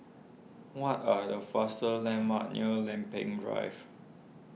what are the faster landmarks near Lempeng Drive